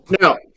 Now